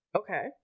okay